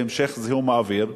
להמשך זיהום האוויר.